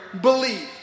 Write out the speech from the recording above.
believe